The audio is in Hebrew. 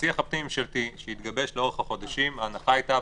בשיח הפנים-ממשלתי שהתגבש לאורך החודשים ההנחה הייתה,